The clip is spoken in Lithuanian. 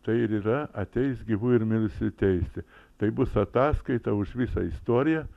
tai ir yra ateis gyvųjų ir mirusiųjų teisti tai bus ataskaita už visą istoriją